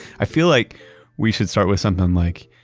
i feel like we should start with something like,